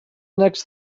next